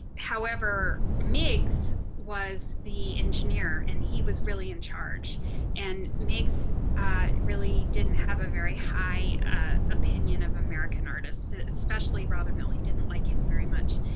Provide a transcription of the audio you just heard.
however migs was the engineer and he was really in charge and makes really didn't have a very high opinion of american artists, especially rather mill. he didn't like him very much.